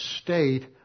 state